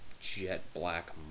jet-black